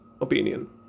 opinion